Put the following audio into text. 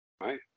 Right